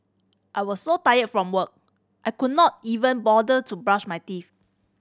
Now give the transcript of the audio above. I was so tired from work I could not even bother to brush my teeth